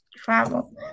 Travel